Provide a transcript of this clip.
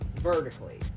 vertically